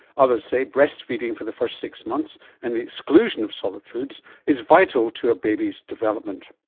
others say breastfeeding for the first six months and the exclusion of solid foods is vital to a baby's development.